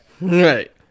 Right